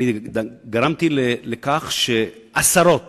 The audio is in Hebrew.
גרמתי לכך שעשרות